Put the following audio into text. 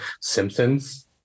Simpsons